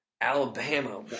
Alabama